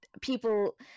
people